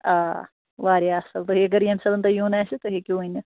آ واریاہ اَصٕل تُہۍ اَگرِ ییٚمہِ ساتہٕ تُہۍ یُن آسہِ تُہۍ ہیٚکِو ؤِتھ